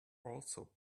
also